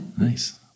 Nice